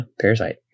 parasite